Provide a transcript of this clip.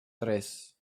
tres